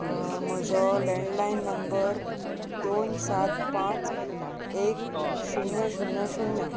म्हजो landline number दोन सात पांच एक शुन्य शुन्य शुन्य